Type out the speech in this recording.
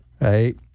right